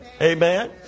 Amen